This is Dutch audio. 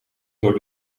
door